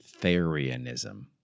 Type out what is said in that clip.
Therianism